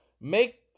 Make